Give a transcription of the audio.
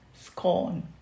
scorn